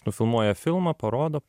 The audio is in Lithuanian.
nufilmuoja filmą parodo